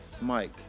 Mike